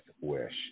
Wish